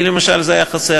לי למשל זה היה חסר,